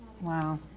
Wow